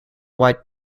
white